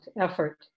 effort